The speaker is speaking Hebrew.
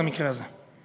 זה המקרה הזה.